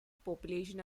population